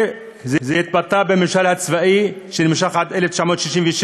זה התבטא בממשל הצבאי שנמשך עד 1966,